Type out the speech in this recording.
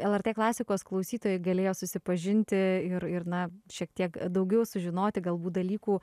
lrt klasikos klausytojai galėjo susipažinti ir ir na šiek tiek daugiau sužinoti galbūt dalykų